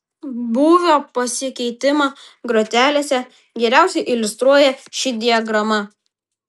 būvio pasikeitimą grotelėse geriausiai iliustruoja ši diagrama